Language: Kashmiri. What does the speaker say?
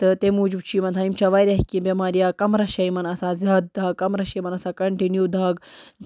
تہٕ تمہِ موٗجوٗب چھِ یِمَن تھاوان یِم چھِ واریاہ کیٚنٛہہ بٮ۪مارِ یا کَمرَس چھےٚ یِمَن آسان زیادٕ دَگ کَمرَس چھِ یِمَن آسان کَنٹِنیو دَگ